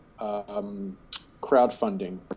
crowdfunding